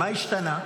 מה השתנה?